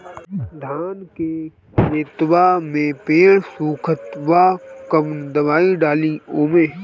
धान के खेतवा मे पेड़ सुखत बा कवन दवाई डाली ओमे?